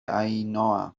ainhoa